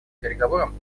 переговорам